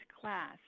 class